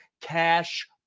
cash